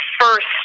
first